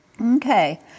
Okay